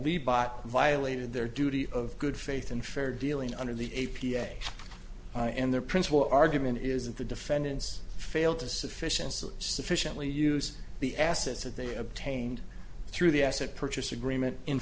we bought violated their duty of good faith and fair dealing under the a p a and their principal argument is that the defendants failed to sufficiency sufficiently use the assets that they obtained through the asset purchase agreement in